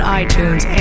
iTunes